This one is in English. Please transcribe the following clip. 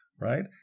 right